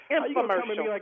Infomercial